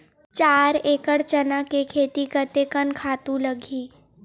चार एकड़ चना के खेती कतेकन खातु लगही?